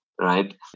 right